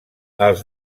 els